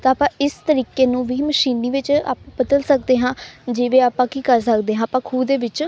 ਤਾਂ ਆਪਾਂ ਇਸ ਤਰੀਕੇ ਨੂੰ ਵੀ ਮਸ਼ੀਨੀ ਵਿੱਚ ਅਪ ਬਦਲ ਸਕਦੇ ਹਾਂ ਜਿਵੇਂ ਆਪਾਂ ਕੀ ਕਰ ਸਕਦੇ ਹਾਂ ਆਪਾਂ ਖੂਹ ਦੇ ਵਿੱਚ